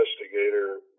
investigator